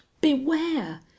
Beware